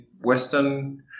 Western